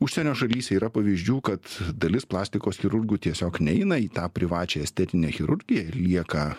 užsienio šalyse yra pavyzdžių kad dalis plastikos chirurgų tiesiog neina į tą privačią estetinę chirurgiją ir lieka